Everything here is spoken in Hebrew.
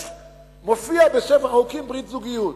יש, מופיעה בספר החוקים ברית זוגיות.